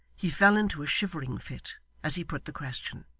he fell into a shivering fit as he put the question,